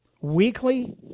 weekly